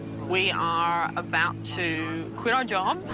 we are about to quit our jobs.